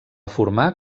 formar